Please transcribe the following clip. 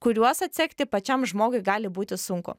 kuriuos atsekti pačiam žmogui gali būti sunku